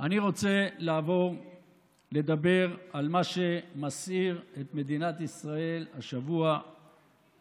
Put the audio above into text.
אני מצטרפת למה שאמרה חברתי חברת הכנסת קרן ברק.